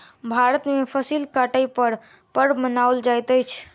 भारत में फसिल कटै पर पर्व मनाओल जाइत अछि